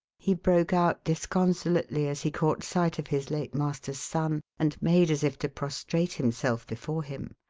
he broke out disconsolately as he caught sight of his late master's son, and made as if to prostrate himself before him.